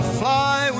fly